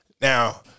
Now